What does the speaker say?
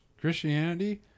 Christianity